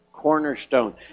cornerstone